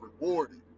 rewarded